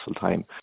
time